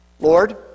Lord